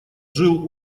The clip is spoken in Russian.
жил